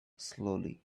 slowly